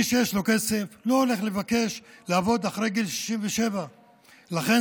מי שיש לו כסף לא הולך לבקש לעבוד אחרי גיל 67. לכן